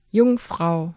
Jungfrau